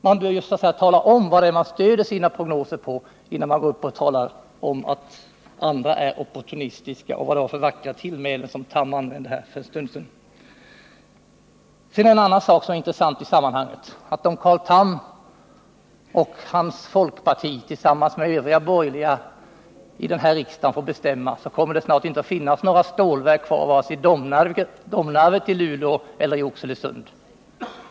Man bör tala om vad man stöder sina prognoser på, innan man går upp och säger att andra är opportunistiska, för att nämna ett av de vackra tillmälen som Carl Tham använde för en stund sedan. En annan intressant sak i sammanhanget är, att om Carl Tham och hans folkparti tillsammans med de övriga borgerliga partierna får bestämma, finns det snart inte några stålverk, varken i Domnarvet, Luleå eller Oxelösund.